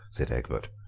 said egbert,